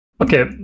Okay